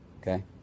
okay